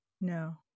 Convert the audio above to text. no